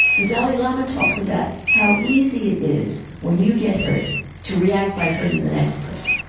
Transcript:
the dalai lama talks about how easy it is when you get hurt to react by hurting the next person.